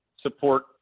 support –